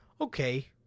Okay